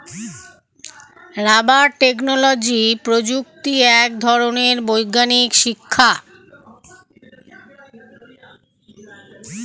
rubber technology বা প্রযুক্তি এক ধরনের বৈজ্ঞানিক শিক্ষা